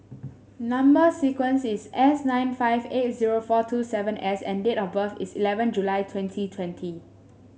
number sequence is S nine five eight zero four two seven S and date of birth is eleven July twenty twenty